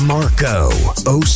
Marco